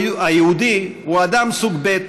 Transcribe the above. שהיהודי הוא אדם סוג ב',